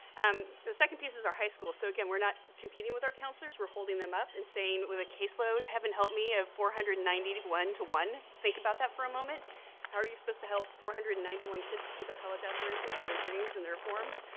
um the second piece is our high school. so, again, we're not competing with our counselors. we're holding them up and saying with a case load heaven help me of four hundred and ninety one to one think about that for a moment how are you supposed to help four hundred and ninety one kids with their college aspirations and their dreams and their forms?